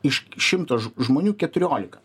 iš šimto žmonių keturiolika